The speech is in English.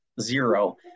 zero